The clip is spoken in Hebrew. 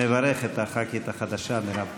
מברך את הח"כית החדשה מירב כהן.